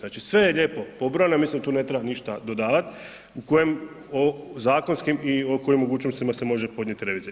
Znači sve je lijepo pobrojano, ja mislim tu ne treba ništa dodavat, u kojem zakonskim i o kojim mogućnostima se može podnijeti revizija.